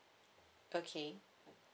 okay